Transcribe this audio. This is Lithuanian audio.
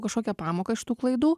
kažkokią pamoką iš tų klaidų